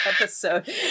episode